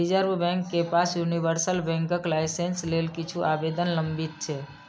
reserve bank के पास universal बैंकक लाइसेंस लेल किछु आवेदन लंबित छै